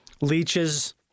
leeches